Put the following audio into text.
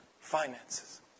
finances